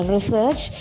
Research